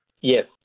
Yes